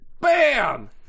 bam